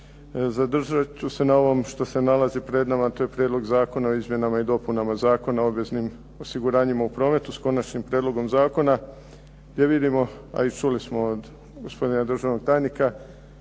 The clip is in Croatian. Zadržat ću se na ovom što se nalazi pred nama a to je Prijedlog zakona o izmjenama i dopunama Zakona o obveznim osiguranjima u prometu, s Konačnim prijedlogom zakona jer vidimo a i čuli smo od gospodina državnog tajnika